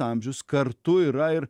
amžius kartu yra ir